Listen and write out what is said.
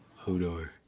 Hodor